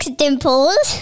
dimples